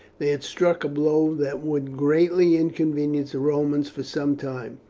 they had struck a blow that would greatly inconvenience the romans for some time,